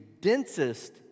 densest